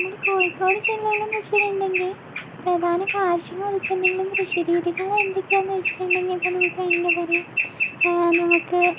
നമ്മുടെ കോഴിക്കോട് ജില്ലയിലെന്ന് വച്ചിട്ടുണ്ടെങ്കിൽ പ്രധാന കാർഷിക ഉൽപ്പന്നങ്ങളും കൃഷി രീതികളും എന്തൊക്കെയാണെന്ന് വച്ചിട്ടുണ്ടെങ്കിൽ ഇപ്പോൾ നമുക്ക് വേണമെങ്കിൽ പറയാം നമുക്ക്